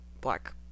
black